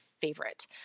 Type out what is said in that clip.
favorite